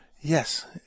Yes